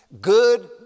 good